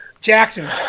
Jackson